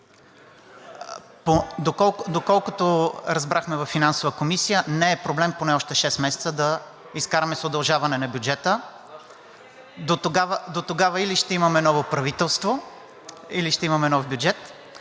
Доколкото разбрахме във Финансовата комисия, не е проблем поне още шест месеца да изкараме с удължаване на бюджета. Дотогава или ще имаме ново правителство, или ще имаме нов бюджет.